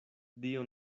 dio